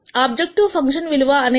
objective function విలువ అనేది 2